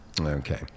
okay